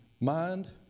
Mind